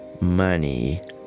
money